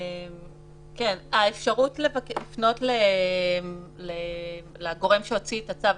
האפשרות לפנות לגורם שהוציא את הצו,